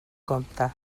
compte